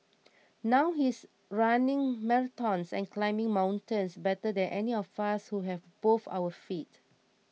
now he's running marathons and climbing mountains better than any of us who have both our feet